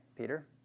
Peter